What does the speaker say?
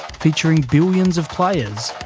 featuring billions of players,